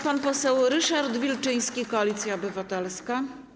Pan poseł Ryszard Wilczyński, Koalicja Obywatelska.